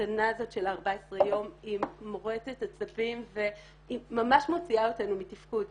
ההמתנה הזאת של 14 יום היא מורטת עצבים והיא ממש מוציאה אותנו מתפקוד.